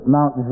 Mount